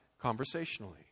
conversationally